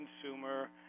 consumer